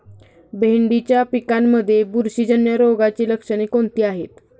भेंडीच्या पिकांमध्ये बुरशीजन्य रोगाची लक्षणे कोणती आहेत?